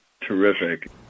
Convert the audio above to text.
terrific